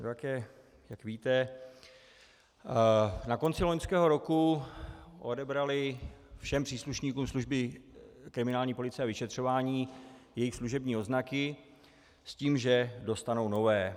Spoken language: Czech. Nevím, jak víte, na konci loňského roku odebrali všem příslušníkům služby kriminální policie a vyšetřování jejich služební odznaky s tím, že dostanou nové.